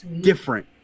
different